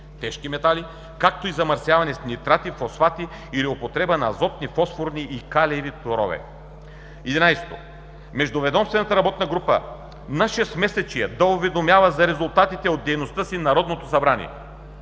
тежки метали, както и замърсяване с нитрати, фосфати при употребата на азотни, фосфорни и калиеви торове. XI. Междуведомствената работна група на шестмесечие да уведомява за резултатите от дейността си Народното събрание.